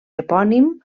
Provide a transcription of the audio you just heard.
epònim